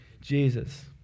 Jesus